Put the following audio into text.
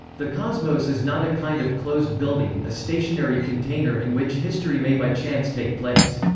the cosmos is not a kind of closed building, a stationary container in which history may by chance take place.